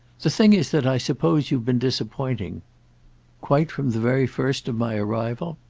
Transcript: the thing is that i suppose you've been disappointing quite from the very first of my arrival?